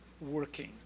working